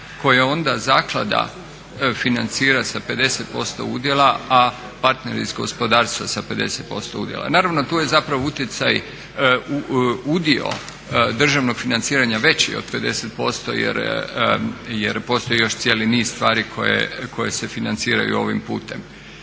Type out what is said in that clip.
koje onda zaklada financira sa 50% udjela, a partneri iz gospodarstva sa 50% udjela. Naravno, tu je zapravo utjecaj, udio državnog financiranja veći od 50% jer postoji još cijeli niz stvari koje se financiraju ovim putem.